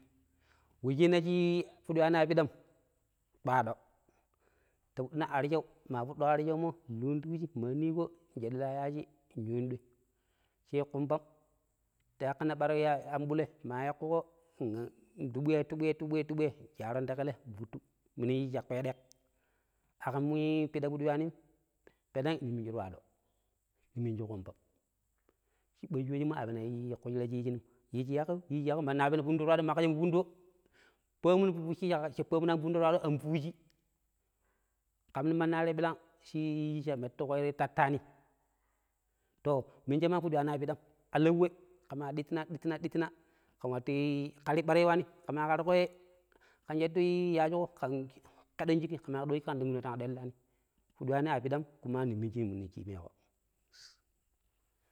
﻿Wuccina shi fudi yuwan a pidam twaado. Ta fuddina arshau man fudduko arshan mo nluun ti wujii maa miko nshadu laa yaaji nyun doi. Shee kumbam, ta yakkina bara ambule maa yakkuko ntuboyei-tubuye-tuboye-tubuye nshaaron ta ƙelei nfuttu. Minu yiiji cha ƙpeɗek. Akam pida fudi nyuwaanim. Peneng ne miniji twaado, ni miniji kumbam cibba shoojemo a penu kushira yuwaanim. Yiiji yaƙayou-yiiji yaƙayou manni a peno fundo twaadom maa kaƙƙo cha mu fudo twaado paamun fucci cha paamun an fundo twaado an ƙuuji, ƙam nong mandi arei ɓirang shi yiiji cha meetuƙo tattaani to, minje maa fuɗi nyuwaani a piɗam. Alauwe ƙe maa ɗittina - ɗittina - ɗittina ƙen wattu ƙari bara yei waani ƙema ƙaruko yei ƙen shattu yaajiƙo ƙen ƙeɗon shikki-ƙedon shikki ƙe maa ƙeɗuko ƙen dunguna pang ɗellaani, fuɗi njuwaani a piɗam, kuma ne miniji nen ci meeko.